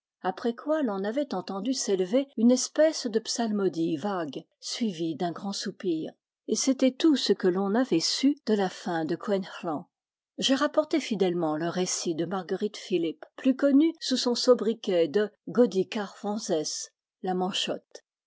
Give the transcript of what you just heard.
après quoi l'on avait entendu s'élever une espèce de psal modie vague suivie d'un grand soupir et c'était tout ce que l'on avait su de la fin de gwenc'hlan j'ai rapporté fidèlement le récit de marguerite philippe plus connue sous son sobriquet de godic